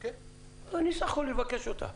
אני בסך הכול מבקש אותה.